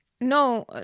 no